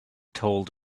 told